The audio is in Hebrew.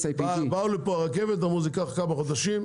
באו לפה הרכבת ואמרו שזה ייקח כמה חודשים,